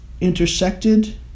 intersected